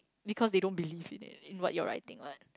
because they don't believe in it in what you're writing what